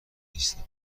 نیستم